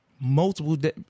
multiple